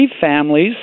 families